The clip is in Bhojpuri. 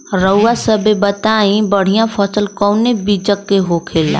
रउआ सभे बताई बढ़ियां फसल कवने चीज़क होखेला?